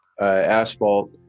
asphalt